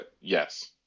yes